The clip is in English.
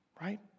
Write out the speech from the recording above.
Right